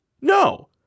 no